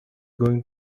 going